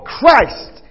Christ